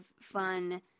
fun